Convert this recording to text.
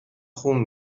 خون